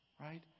right